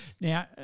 Now